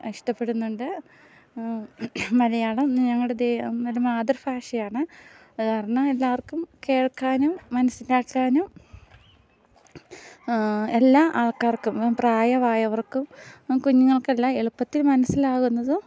ഇഷ്ടപ്പെടുന്നുണ്ട് മലയാളം ഞങ്ങളുടെ ദേ മറ്റ് മാതൃഫാഷയാണ് അത് കാർണം എല്ലാവർക്കും കേൾക്കാനും മനസ്സിലാക്കാനും എല്ലാ ആൾക്കാർക്കും പ്രായവായവർക്കും കുഞ്ഞ്ങ്ങൾക്കെല്ലാം എള്പ്പത്തിൽ മനസ്സിലാകുന്നതും